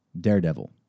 Daredevil